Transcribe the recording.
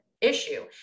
issue